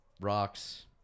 rocks